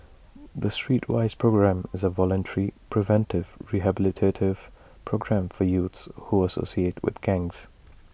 the Streetwise programme is A voluntary preventive rehabilitative programme for youths who associate with gangs